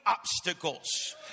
obstacles